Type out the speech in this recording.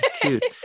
cute